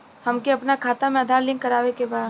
हमके अपना खाता में आधार लिंक करावे के बा?